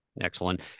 Excellent